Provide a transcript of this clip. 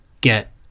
get